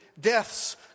death's